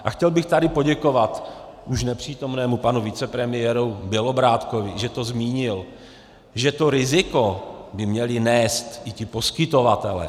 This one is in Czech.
A chtěl bych tady poděkovat už nepřítomnému panu vicepremiéru Bělobrádkovi, že to zmínil, že to riziko by měli nést i ti poskytovatelé.